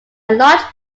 large